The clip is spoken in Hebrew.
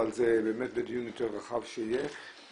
אבל זה באמת בדיון יותר רחב שיהיה.